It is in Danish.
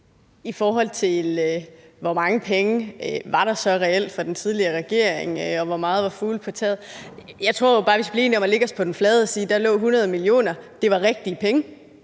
I forhold til hvor mange penge der så reelt var fra den tidligere regering, og hvor meget der var fugle på taget, tror jeg bare, at vi skal blive enige om at lægge os på den flade og sige: Der lå 100 mio. kr., det var rigtige penge,